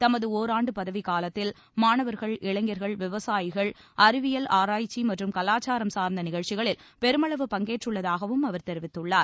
தமது ஓராண்டு பதவி காலத்தில் மாணவர்கள் இளைஞர்கள் விவசாயிகள் அறிவியல் ஆராய்ச்சி மற்றும் கலாச்சாரம் சார்ந்த நிகழ்ச்சிகளில் பெருமளவு பங்கேற்றுள்ளதாகவும் அவர் தெரிவித்துள்ளார்